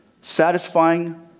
satisfying